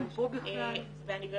איפה משטרת ישראל בכל הסיפור הזה?